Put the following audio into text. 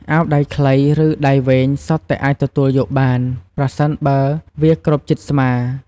អាវដៃខ្លី ឬដៃវែងសុទ្ធតែអាចទទួលយកបាន ប្រសិនបើវាគ្របជិតស្មា។